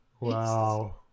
wow